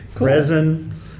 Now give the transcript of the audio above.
resin